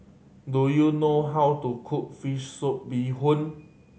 do you know how to cook fish soup bee hoon